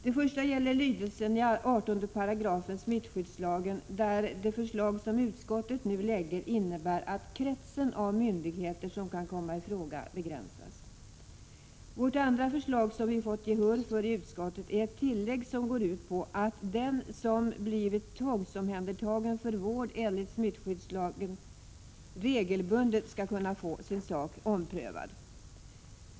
Det första gäller lydelsen i 18 § smittskyddslagen, där det förslag som utskottet nu lägger fram innebär att den krets av myndigheter som kan komma i fråga begränsas. Vårt andra förslag, som vi fått gehör för i utskottet, är ett tillägg som går ut på att den som blivit tvångsomhändertagen för vård enligt smittskyddslagen regelbundet skall kunna få sin sak omprövad.